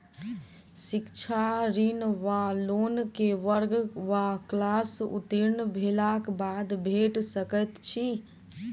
शिक्षा ऋण वा लोन केँ वर्ग वा क्लास उत्तीर्ण भेलाक बाद भेट सकैत छी?